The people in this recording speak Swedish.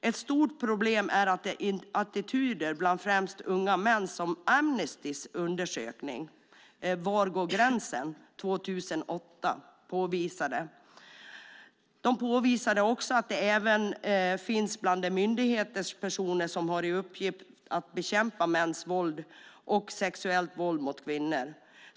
Ett stort problem är de attityder främst bland unga män som Amnestys undersökning Var går gränsen? Påvisade 2008. De påvisade också att dessa attityder även finns bland de myndighetspersoner som har i uppgift att bekämpa mäns våld och sexuellt våld mot kvinnor.